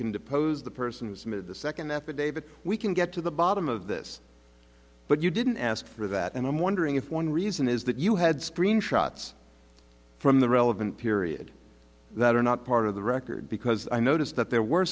can depose the person who's made the second affidavit we can get to the bottom of this but you didn't ask for that and i'm wondering if one reason is that you had screenshots from the relevant period that are not part of the record because i noticed that there were